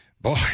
Boy